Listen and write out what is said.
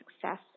success